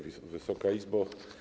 Wysoka Izbo!